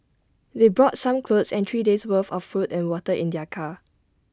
they brought some clothes and three days' worth of food and water in their car